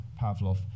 Pavlov